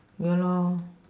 ya lor